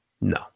No